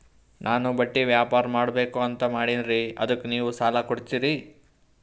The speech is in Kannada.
ನಾನು ಬಟ್ಟಿ ವ್ಯಾಪಾರ್ ಮಾಡಬಕು ಅಂತ ಮಾಡಿನ್ರಿ ಅದಕ್ಕ ನೀವು ಸಾಲ ಕೊಡ್ತೀರಿ?